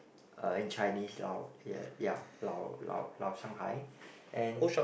uh in Chinese 老 ya 老老老 Shanghai and